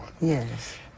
Yes